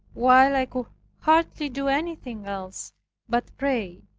while i could hardly do anything else but pray.